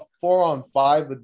four-on-five